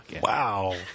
Wow